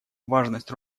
важность